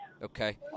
Okay